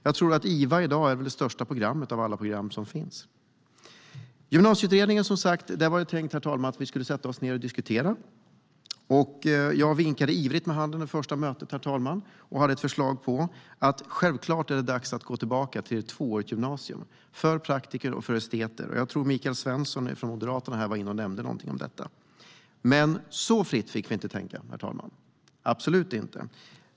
Jag tror att IV i dag är det största programmet av alla program. I Gymnasieutredningen är det tänkt att vi ska sätta oss ned och diskutera. Jag vinkade ivrigt med handen vid första mötet och hade ett förslag på att det är självklart dags att gå tillbaka till ett tvåårigt gymnasium för praktiker och esteter. Michael Svensson från Moderaterna var inne och nämnde något om detta. Så fritt fick vi dock inte tänka, herr talman - absolut inte.